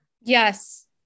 Yes